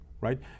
right